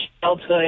childhood